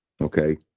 okay